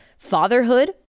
fatherhood